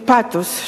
עם פתוס,